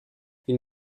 ils